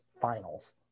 finals